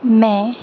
میں